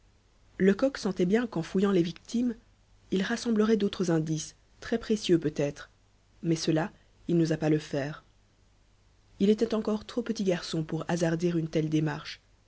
lecoq sentait bien qu'en fouillant les victimes il rassemblerait d'autres indices très précieux peut-être mais cela il n'osa pas le faire il était encore trop petit garçon pour hasarder une telle démarche